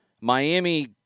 Miami